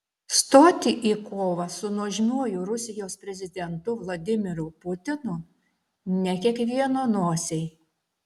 stoti į kovą su nuožmiuoju rusijos prezidentu vladimiru putinu ne kiekvieno nosiai